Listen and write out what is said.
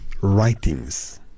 writings